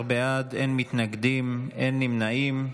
13 בעד, אין מתנגדים, אין נמנעים.